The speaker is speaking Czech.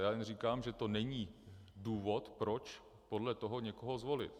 Já jen říkám, že to není důvod, proč podle toho někoho zvolit.